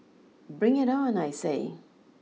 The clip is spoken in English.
bring it on I say